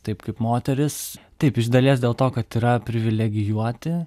taip kaip moterys taip iš dalies dėl to kad yra privilegijuoti